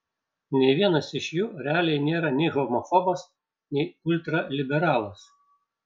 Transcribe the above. nei vienas iš jų realiai nėra nei homofobas nei ultraliberalas